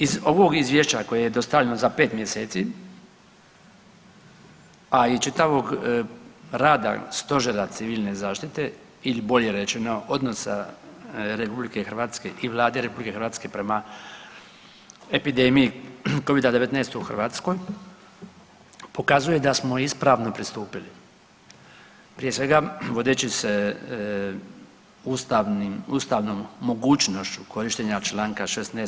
Iz ovog izvješća koje je dostavljeno za 5 mjeseci, a i čitavog rada Stožera Civilne zaštite ili bolje rečeno odnosa RH i Vlade RH prema epidemiji covida 19 u Hrvatskoj pokazuje da smo ispravno pristupili prije svega vodeći se ustavnom mogućnošću korištenja članka 16.